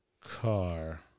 car